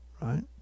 right